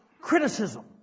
criticism